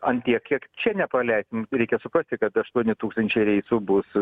ant tiek kiek čia nepraleisim reikia suprasti kad aštuoni tūkstančiai reisų bus